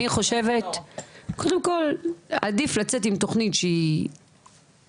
אני חושבת שקודם עדיף לצאת עם תוכנית שהיא